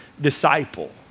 disciple